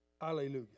Hallelujah